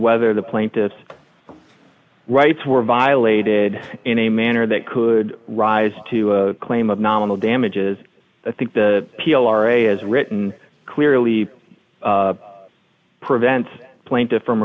whether the plaintiff's rights were violated in a manner that could rise to a claim of nominal damages i think the appeal or a is written clearly prevent plaintiff from